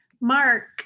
Mark